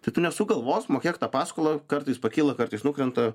tai tu nesuk galvos mokėk tą paskolą kartais pakyla kartais nukrenta